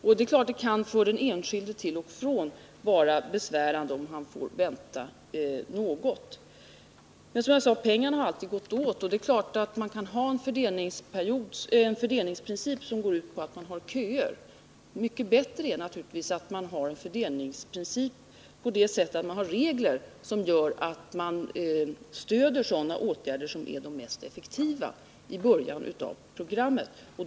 För den enskilde kan det naturligtvis ibland vara besvärande att vara tvungen att vänta. Men pengarna har, som sagt, alltid gått åt. Det är klart att man kan ha en fördelningsprincip som går ut på att man har köer, men det är naturligtvis mycket bättre att man har en fördelningsprincip som baseras på regler som gör att man i början av programmet stöder de effektivaste åtgärderna.